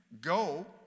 go